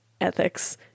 ethics